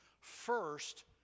First